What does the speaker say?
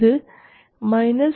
ഇത് 0